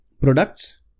products